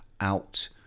out